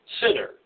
sinner